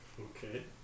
Okay